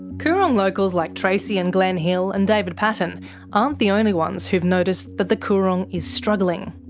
coorong locals like tracey and glen hill and david paton aren't the only ones who've noticed that the coorong is struggling.